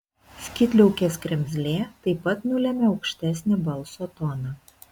skydliaukės kremzlė taip pat nulemia aukštesnį balso toną